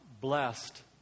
blessed